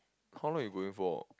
how long you going for